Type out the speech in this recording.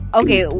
okay